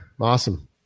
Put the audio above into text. Awesome